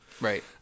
Right